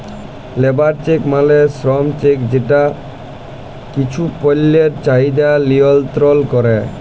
labour check মালে শ্রম check যেট কিছু পল্যের চাহিদা লিয়লত্রল ক্যরে